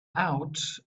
out